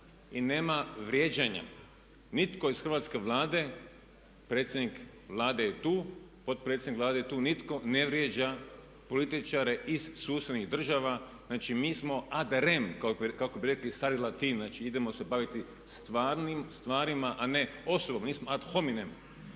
i nema vrijeđanja. Nitko iz Hrvatske vlade, predsjednik Vlade je tu, potpredsjednik Vlade je tu, nitko ne vrijeđa političare iz susjednih država. Znači mi smo ad rem kako bi rekli stari Latini, znači idemo se baviti stvarnim stvarima, a ne osobnim, ne ad hominem.